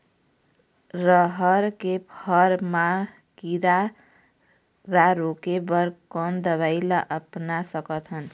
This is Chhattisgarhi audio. रहर के फर मा किरा रा रोके बर कोन दवई ला अपना सकथन?